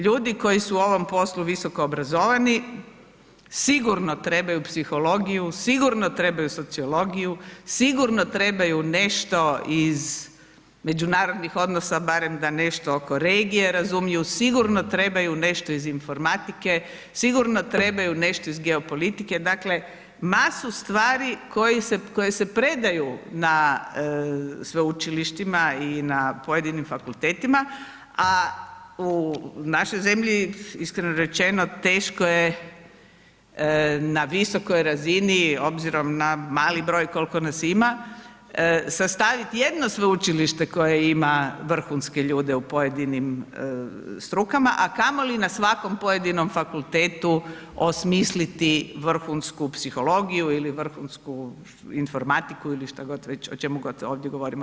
Ljudi koji su u ovom poslu visoko obrazovani, sigurno trebaju psihologiju, sigurno trebaju sociologiju, sigurno trebaju nešto iz međunarodnih odnosa barem da nešto oko regije razumiju, sigurno trebaju nešto iz informatike, sigurno trebaju nešto iz geopolitike, dakle masu stvari koje se predaju na sveučilištima i na pojedinim fakultetima a u našoj zemlji, iskreno rečeno, teško je na visokoj razini obzirom na mali broj koliko nas ima, sastavit jedno sveučilište koje ima vrhunske ljude u pojedinim strukama a kamoli na svakom pojedinom fakultetu osmisliti vrhunsku psihologiju ili vrhunsku informatiku ili šta god već, o čemu god ovdje govorimo.